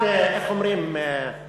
קצת, קצת, איך אומרים, ענווה.